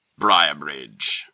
Briarbridge